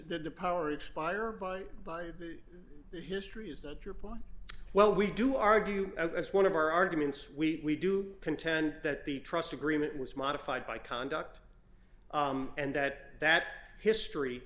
that the power expired by by the history is that your party well we do argue as one of our arguments we do contend that the trust agreement was modified by conduct and that that history